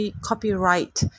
copyright